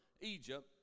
Egypt